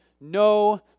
no